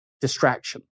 distraction